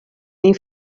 این